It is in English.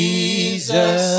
Jesus